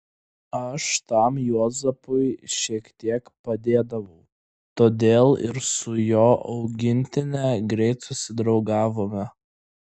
aš tam juozapui šiek tiek padėdavau todėl ir su jo augintine greit susidraugavome